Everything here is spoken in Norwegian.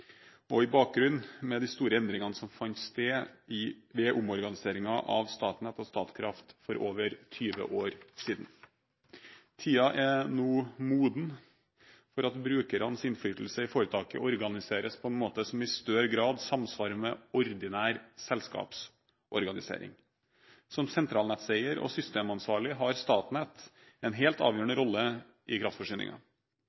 og på bakgrunn av de store endringene som fant sted ved omorganiseringen av Statnett og Statkraft for over 20 år siden. Tiden er nå moden for at brukernes innflytelse i foretaket organiseres på en måte som i større grad samsvarer med ordinær selskapsorganisering. Som sentralnetteier og systemansvarlig har Statnett en helt